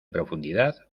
profundidad